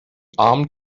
armed